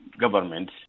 government